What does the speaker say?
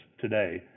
today